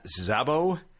Zabo